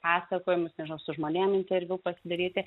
pasakojimus nežinau su žmonėm interviu pasidaryti